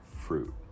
fruit